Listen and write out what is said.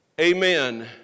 Amen